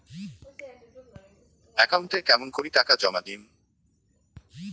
একাউন্টে কেমন করি টাকা জমা দিম?